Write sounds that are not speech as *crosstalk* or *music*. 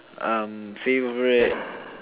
um favorite *breath*